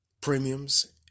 premiums